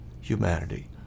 humanity